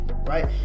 right